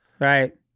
Right